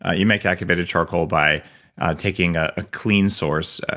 ah you make activated charcoal by taking a ah clean source.